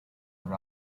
were